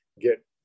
get